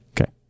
Okay